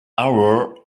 hour